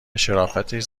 شرافتش